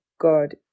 God